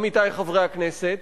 עמיתי חברי הכנסת,